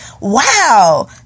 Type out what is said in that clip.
wow